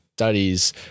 studies